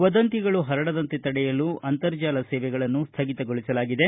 ವದಂತಿಗಳು ಪರಡದಂತೆ ತಡೆಯಲು ಅಂತರ್ಜಾಲ ಸೇವೆಗಳನ್ನು ಸ್ವಗಿತಗೊಳಸಲಾಗಿದೆ